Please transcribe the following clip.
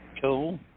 Cool